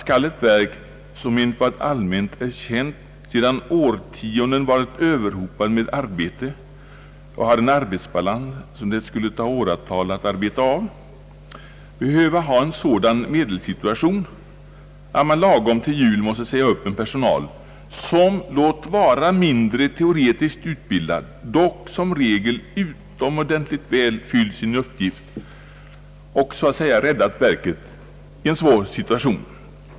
Skall ett verk som, enligt vad allmänt är känt, sedan årtionden varit överhopat med arbete och har en arbetsbalans, som det skulle ta åratal att arbeta av, behöva ha en sådan medelssituation att man lagom till jul måste säga upp en personal som, låt vara mindre teoretiskt utbildad, dock i regel utomordentligt väl fyllt sin uppgift och så att säga räddat verket i en svår situation?